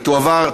ותועבר,